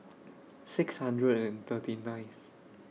six hundred and thirty ninth